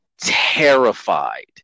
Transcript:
terrified